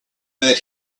that